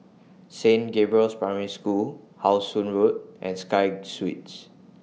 Saint Gabriel's Primary School How Sun Road and Sky Suites